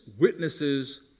witnesses